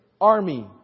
army